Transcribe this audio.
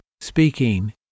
speaking